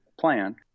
plan